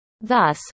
Thus